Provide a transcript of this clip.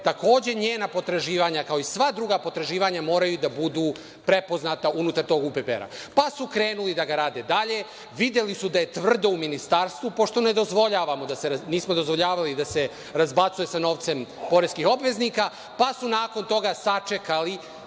takođe njena potraživanja, kao i sva druga potraživanja moraju da budu prepoznata unutar tog UPPR.Krenuli su da ga rade dalje. Videli su da je tvrdo u ministarstvu pošto nismo dozvoljavali da se razbacuje sa novcem poreskih obveznika, pa su nakon toga sačekali